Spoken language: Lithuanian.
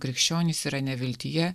krikščionys yra neviltyje